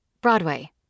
Broadway